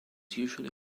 usually